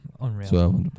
unreal